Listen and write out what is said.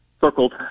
circled